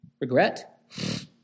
Regret